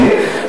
כן,